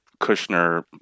Kushner